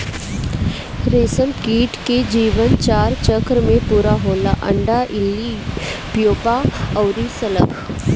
रेशमकीट के जीवन चार चक्र में पूरा होला अंडा, इल्ली, प्यूपा अउरी शलभ